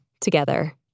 together